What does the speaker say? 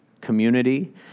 community